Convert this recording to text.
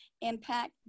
impact